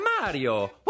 Mario